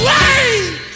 Wait